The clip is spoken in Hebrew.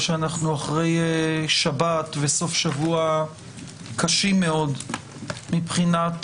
אנחנו אחרי שבת וסוף שבוע קשים מאוד מבחינת